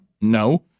No